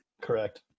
Correct